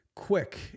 quick